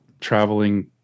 traveling